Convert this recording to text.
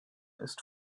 ist